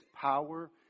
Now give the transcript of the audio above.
power